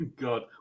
God